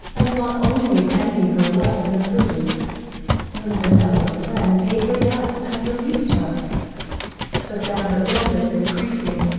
and thought only of ending her life in a prison when a benevolent friend paid her debts and released her but that her illness increasing,